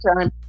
time